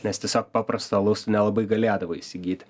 nes tiesiog paprasto alaus nelabai galėdavai įsigyti